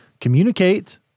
communicate